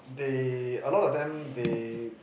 they a lot of them they